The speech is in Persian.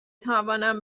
توانم